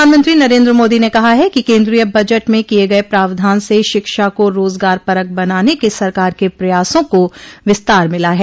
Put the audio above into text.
प्रधानमंत्री नरेन्द्र मोदी ने कहा है कि केन्द्रीय बजट में किये गये प्रावधान से शिक्षा को रोजगारपरक बनाने के सरकार के प्रयासों को विस्तार मिला है